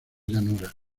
llanuras